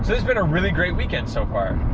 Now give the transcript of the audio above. has been a really great weekend so far!